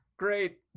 Great